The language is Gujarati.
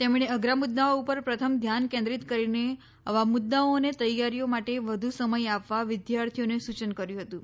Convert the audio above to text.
તેમણે અઘરા મુદ્દાઓ ઉપર પ્રથમ ધ્યાન કેન્દ્રીત કરીને આવા મુદ્દાઓની તૈયારીઓ માટે વધુ સમય આપવા વિદ્યાર્થીઓને સૂચન કર્યું હતું